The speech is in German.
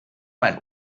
mein